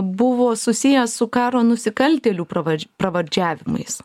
buvo susiję su karo nusikaltėlių pravardž pravardžiavimais